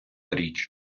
річ